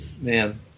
man